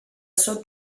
sud